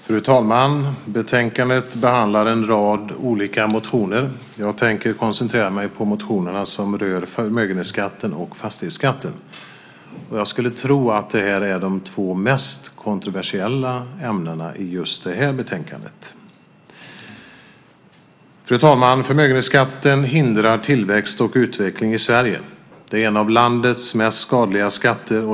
Fru talman! I betänkandet behandlas en rad olika motioner. Jag tänker koncentrera mig på de motioner som rör förmögenhetsskatten och fastighetsskatten. Jag skulle tro att de är de två mest kontroversiella ämnena i betänkandet. Fru talman! Förmögenhetsskatten hindrar tillväxt och utveckling i Sverige. Det är en av landets mest skadliga skatter.